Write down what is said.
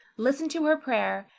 listen to her prayer,